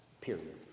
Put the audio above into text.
Period